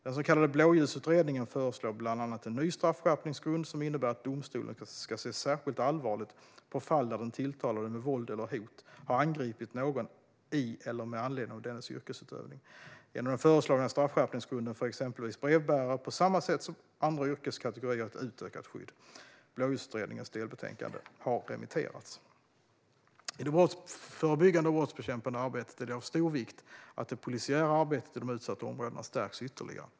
Den så kallade Blåljusutredningen föreslår bland annat en ny straffskärpningsgrund som innebär att domstolen ska se särskilt allvarligt på fall där den tilltalade med våld eller hot har angripit någon i eller med anledning av dennes yrkesutövning. Genom den föreslagna straffskärpningsgrunden får exempelvis brevbärare, på samma sätt som andra yrkeskategorier, ett utökat skydd. Blåljusutredningens delbetänkande har remitterats. I det brottsförebyggande och brottsbekämpande arbetet är det av stor vikt att det polisiära arbetet i de utsatta områdena stärks ytterligare.